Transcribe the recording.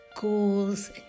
goals